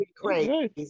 Great